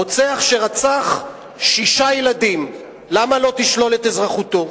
רוצח שרצח שישה ילדים, למה לא תשלול את אזרחותו?